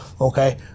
okay